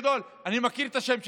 אני מכיר את השם שלך,